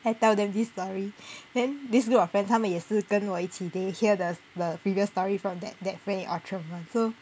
I tell them this story then this group of friends 他们也是跟我一起 they hear the the previous story from that that friend in outram [one] so